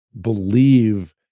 believe